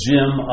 Jim